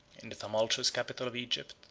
in the tumultuous capital of egypt,